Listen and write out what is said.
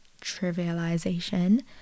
trivialization